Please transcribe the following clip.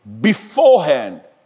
beforehand